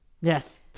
Yes